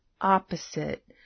opposite